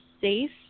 safe